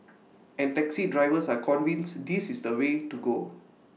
and taxi drivers are convinced this is the way to go